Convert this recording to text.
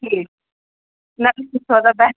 ٹھیٖک